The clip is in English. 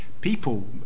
people